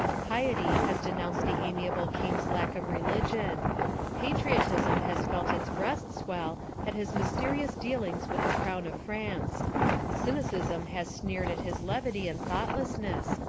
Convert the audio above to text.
piety has denounced the amiable king's lack of religion patriotism has felt its breast swell at his mysterious dealings with the crown of france cynicism has sneered at his levity and thoughtlessness,